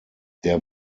der